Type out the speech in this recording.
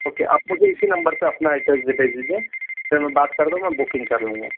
okay आप मुझे इसी नम्बर पर अपना एड्रेस भेज दीजिए फिर मैं बात कर रहा हूँ मैं बुकिंग कर लूँगा